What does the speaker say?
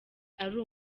ari